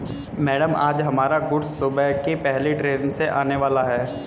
madam आज हमारा goods सुबह की पहली ट्रैन से आने वाला है